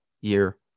year